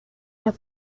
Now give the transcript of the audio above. las